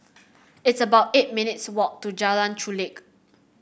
it's about eight minutes' walk to Jalan Chulek